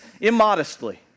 immodestly